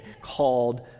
called